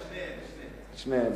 שניהם.